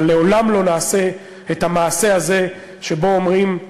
אבל לעולם לא נעשה את המעשה הזה שבו אומרים: